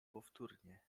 powtórnie